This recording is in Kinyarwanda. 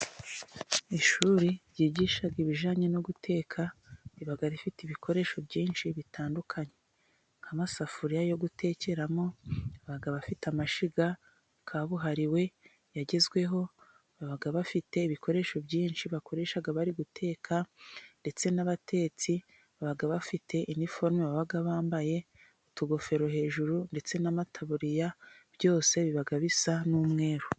Ishuri ryigisha ibijyananye no guteka riba rifite ibikoresho byinshi bitandukanye nk'amasafuriya yo gutekeramo. Baba bafite amashyiga kabuhariwe yagezweho, baba bafite ibikoresho byinshi bakoresha bari guteka ndetse n'abatetsi baba bafite iniforome. Baba bambaye utugofero hejuru ndetse n'amataburiya byose biba bisa n'umweru.